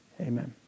Amen